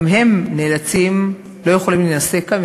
גם הם לא יכולים להינשא כאן,